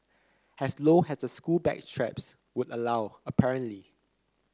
as low as the school bag straps would allow apparently